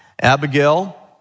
Abigail